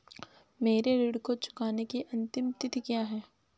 मेरे ऋण को चुकाने की अंतिम तिथि क्या है?